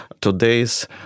today's